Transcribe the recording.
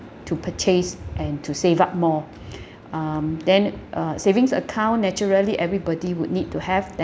to purchase and to save up more um then uh savings account naturally everybody would need to have that